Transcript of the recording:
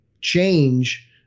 change